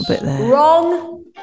Wrong